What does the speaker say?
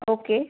okay